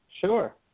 Sure